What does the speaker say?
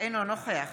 אינו נוכח